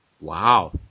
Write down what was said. Wow